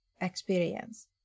experience